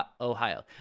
Ohio